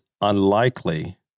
unlikely